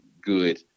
good